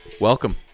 welcome